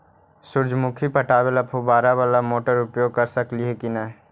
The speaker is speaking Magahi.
सुरजमुखी पटावे ल फुबारा बाला मोटर उपयोग कर सकली हे की न?